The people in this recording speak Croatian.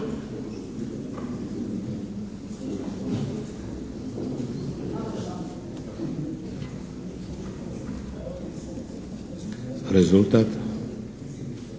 Rezultat.